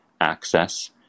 access